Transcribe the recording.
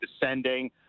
descending